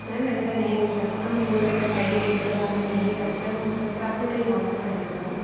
ma'am ऐसा नहीं हो सकता हम लोग एक्सपायरी डेट का सामान नहीं रखते हैं हो सकता आपने कहीं और से ख़रीदा हो